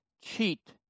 cheat